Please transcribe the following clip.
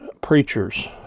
preachers